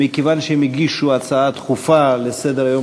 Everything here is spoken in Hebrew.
מכיוון שהם הגישו הצעה דחופה לסדר-היום